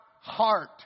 heart